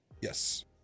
yes